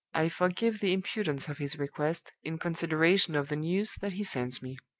i forgive the impudence of his request in consideration of the news that he sends me.